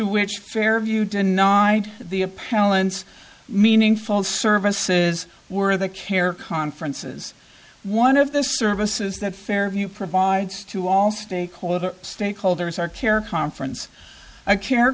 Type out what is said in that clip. which fairview denied the appellant's meaningful services were the care conferences one of the services that fairview provides to all stakeholders stakeholders are care conference i care